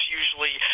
usually